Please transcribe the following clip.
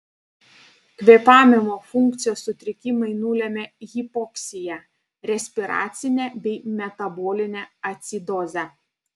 kvėpavimo funkcijos sutrikimai nulemia hipoksiją respiracinę bei metabolinę acidozę